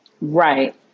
right